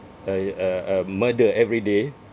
a a a murder every day